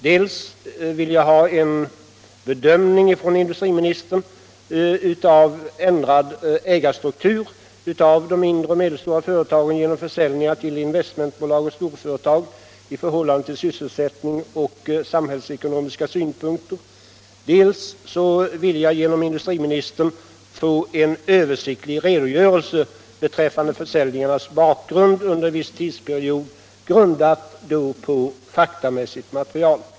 Dels ville jag ha industriministerns bedömning av en ändrad ägarstruktur hos de mindre och medelstora företagen genom försäljningar till investmentbolag och storföretag i förhållande till sysselsättning och samhällsekonomiska synpunkter, dels ville jag genom industriministern få en översiktlig redogörelse beträffande försäljningarnas bakgrund under en viss tidsperiod, grundad på faktamässigt material.